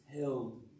held